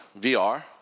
VR